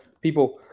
people